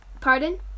Pardon